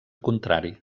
contrari